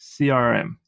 CRM